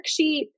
worksheet